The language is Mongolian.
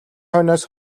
хойноос